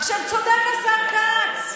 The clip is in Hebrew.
צודק השר כץ,